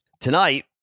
Tonight